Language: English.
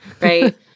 Right